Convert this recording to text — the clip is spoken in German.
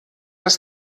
das